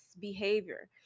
behavior